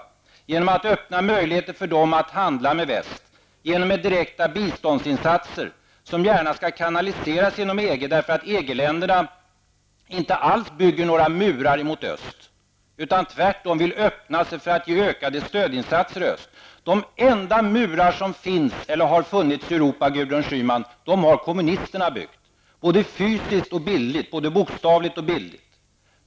Dessa förutsättningar skapas genom att man öppnar möjligheter för dessa länder att handla med väst, genom direkta biståndsinsatser, som gärna kan kanaliseras genom EG, eftersom EG länderna inte bygger några murar mot öst utan tvärtom vill öppna sig för att ge ökade stödinsatser i öst. De enda murar som finns eller har funnits i Europa, Gudrun Schyman, har kommunisterna byggt; både bokstavligt och bildligt.